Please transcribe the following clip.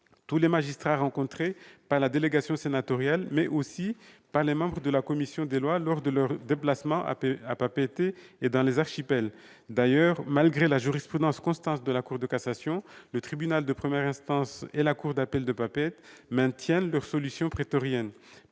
tous les magistrats rencontrés par la délégation sénatoriale et par les membres de la commission des lois lors de leur déplacement à Papeete et dans les archipels. D'ailleurs, malgré la jurisprudence constante de la Cour de cassation, le tribunal de première instance et la cour d'appel de Papeete maintiennent leur solution prétorienne.